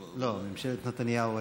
לא, ממשלת נתניהו הראשונה.